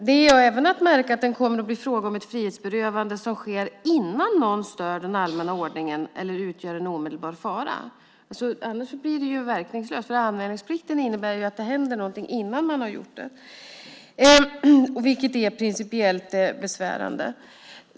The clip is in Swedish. Det är även att märka att det kommer att bli fråga om ett frihetsberövande som sker innan någon stör den allmänna ordningen eller utgör en omedelbar fara. Annars blir det verkningslöst. Anmälningsplikten innebär att det händer någonting innan man har gjort något, vilket är principiellt besvärande.